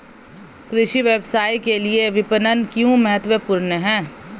कृषि व्यवसाय के लिए विपणन क्यों महत्वपूर्ण है?